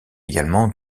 également